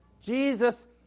Jesus